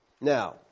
Now